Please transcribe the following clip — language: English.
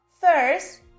first